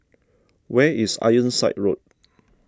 where is Ironside Road